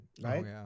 right